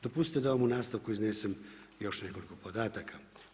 Dopustite da vam u nastavku iznesem još nekoliko podataka.